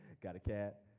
got a cat.